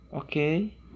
Okay